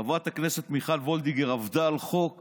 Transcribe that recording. חברת הכנסת מיכל וולדיגר עבדה על חוק